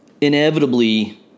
inevitably